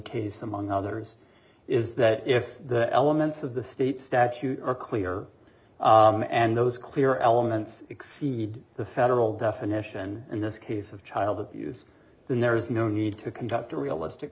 case among others is that if the elements of the state statute are clear and those clear elements exceed the federal definition in this case of child abuse then there is no need to conduct a realistic